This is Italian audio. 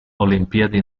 olimpiadi